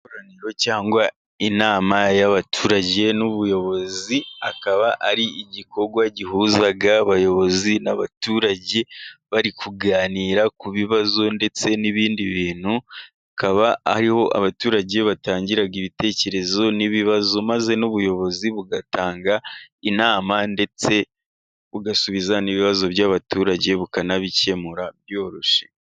Ikoraniro cyangwa inama y'abaturage n'ubuyobozi, akaba ari igikorwa gihuza abayobozi n'abaturage bari kuganira ku bibazo ,ndetse n'ibindi bintu bikaba ariho abaturage batangira ibitekerezo n'ibibazo ,maze n'ubuyobozi bugatanga inama, ndetse bugasubiza n'ibi ibibazo by'abaturage bukanabikemura byoroshye.